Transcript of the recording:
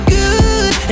good